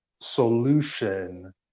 solution